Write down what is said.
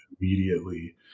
immediately